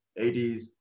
80s